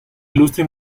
ilustre